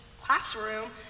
classroom